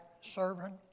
servant